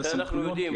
את זה אנחנו יודעים.